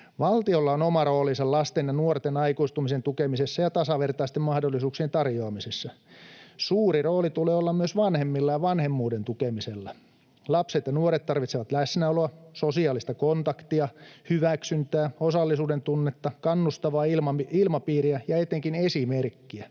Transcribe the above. Valtiolla on oma roolinsa lasten ja nuorten aikuistumisen tukemisessa ja tasavertaisten mahdollisuuksien tarjoamisessa. Suuri rooli tulee olla myös vanhemmilla ja vanhemmuuden tukemisella. Lapset ja nuoret tarvitsevat läsnäoloa, sosiaalista kontaktia, hyväksyntää, osallisuuden tunnetta, kannustavaa ilmapiiriä ja etenkin esimerkkiä.